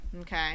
Okay